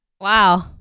Wow